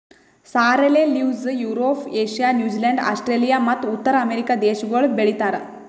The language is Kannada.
sorrel leaves Europe, Asia, New Zealand, Australia ಮತ್ತ ಉತ್ತರ ಅಮೆರಿಕ ದೇಶಗೊಳ್ ಬೆ ಳಿತಾರ್